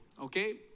Okay